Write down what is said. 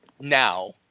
Now